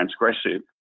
transgressive